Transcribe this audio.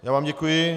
Já vám děkuji.